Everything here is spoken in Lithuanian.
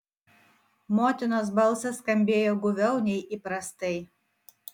motinos balsas skambėjo guviau nei įprastai